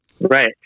Right